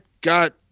got